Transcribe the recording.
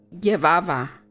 llevaba